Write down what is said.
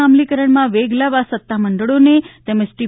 ના અમલીકરણમાં વેગ લાવવા સત્તામંડળોને તેમજ ટી